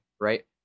right